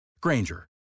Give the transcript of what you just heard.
Granger